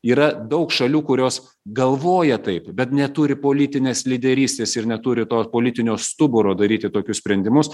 yra daug šalių kurios galvoja taip bet neturi politinės lyderystės ir neturi to politinio stuburo daryti tokius sprendimus